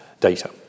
data